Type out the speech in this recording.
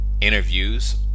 interviews